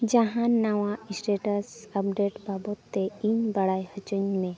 ᱡᱟᱦᱟᱸ ᱱᱟᱣᱟ status update ᱵᱟᱵᱚᱫᱽᱛᱮ ᱤᱧ ᱵᱟᱲᱟᱭ ᱦᱚᱪᱚᱧ ᱢᱮ